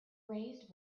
raised